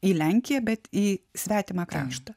į lenkiją bet į svetimą kraštą